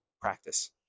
practice